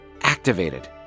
activated